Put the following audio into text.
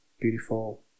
beautiful